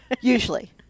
Usually